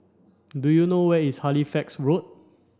do you know where is Halifax Road